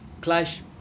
clash